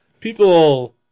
People